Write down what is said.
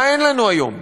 מה אין לנו היום?